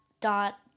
dot